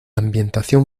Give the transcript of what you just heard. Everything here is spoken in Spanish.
ambientación